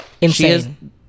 insane